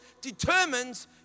determines